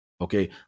Okay